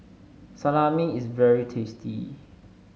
salami is very tasty